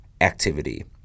activity